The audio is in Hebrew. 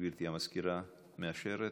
גברתי המזכירה, מאשרת?